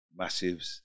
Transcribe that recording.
massives